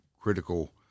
critical